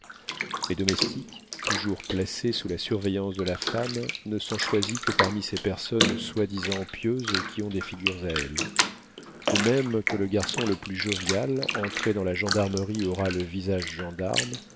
les domestiques toujours placés sous la surveillance de la femme ne sont choisis que parmi ces personnes soi-disant pieuses qui ont des figures à elles de même que le garçon le plus jovial entré dans la gendarmerie aura le visage gendarme